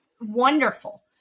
Wonderful